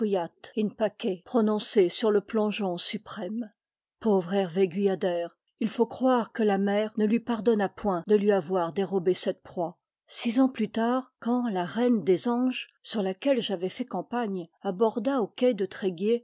in pace prononcé sur le plongeon suprême pauvre hervé guyader il faut croire que la mer ne lui pardonna point de lui avoir dérobé cette proie six ans plus tard quand la reine des anges sur laquelle j'avais fait la campagne aborda au quai de tréguier